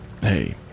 Hey